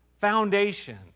foundation